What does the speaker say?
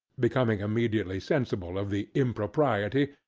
becoming immediately sensible of the impropriety,